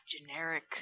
generic